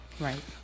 Right